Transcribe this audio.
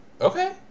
Okay